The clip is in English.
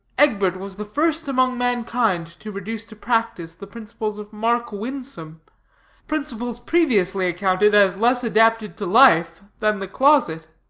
egbert was the first among mankind to reduce to practice the principles of mark winsome principles previously accounted as less adapted to life than the closet.